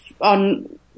on